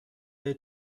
way